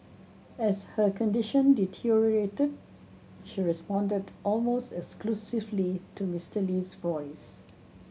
as her condition deteriorated she responded almost exclusively to Mister Lee's voice